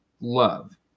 love